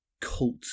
cult